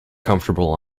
comfortable